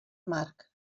marc